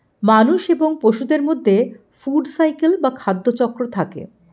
মানুষ এবং পশুদের মধ্যে ফুড সাইকেল বা খাদ্য চক্র থাকে